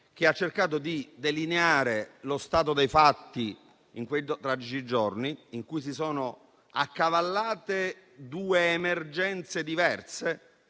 che ha cercato di delineare lo stato dei fatti in quei tragici giorni in cui si sono accavallate due emergenze diverse